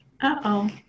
Uh-oh